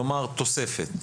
כלומר, תוספת.